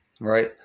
right